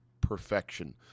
perfection